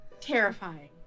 terrifying